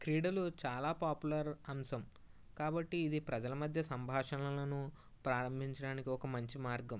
క్రీడలు చాలా పాపులర్ అంశం కాబట్టి ఇది ప్రజల మధ్య సంభాషణలను ప్రారంభించడానికి ఒక మంచి మార్గం